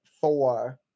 four